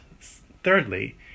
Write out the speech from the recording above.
thirdly